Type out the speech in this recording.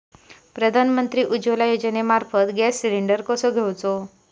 प्रधानमंत्री उज्वला योजनेमार्फत gas cylinder कसो घेऊचो?